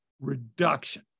reduction